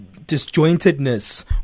disjointedness